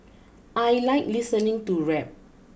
I like listening to rap